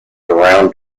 around